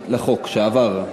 לחוק שעבר.